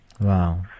Wow